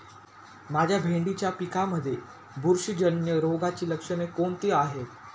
माझ्या भेंडीच्या पिकामध्ये बुरशीजन्य रोगाची लक्षणे कोणती आहेत?